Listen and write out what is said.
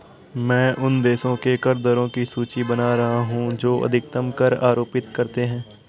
मैं उन देशों के कर दरों की सूची बना रहा हूं जो अधिकतम कर आरोपित करते हैं